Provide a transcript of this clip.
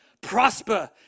prosper